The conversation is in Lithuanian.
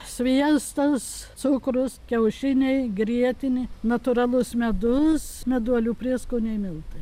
sviestas cukrus kiaušiniai grietinė natūralus medus meduolių prieskoniai miltai